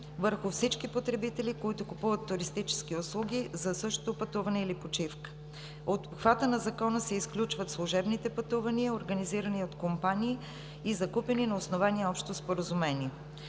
върху всички потребители, които купуват туристически услуги за същото пътуване или почивка. От обхвата на Закона се изключват служебните пътувания, организирани от компании и закупени на основание общо споразумение.